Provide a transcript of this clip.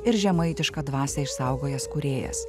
ir žemaitišką dvasią išsaugojęs kūrėjas